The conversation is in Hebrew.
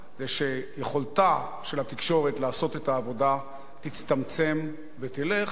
הוא שיכולתה של התקשורת לעשות את העבודה תצטמצם ותלך.